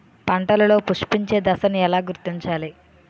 పంటలలో పుష్పించే దశను ఎలా గుర్తించాలి?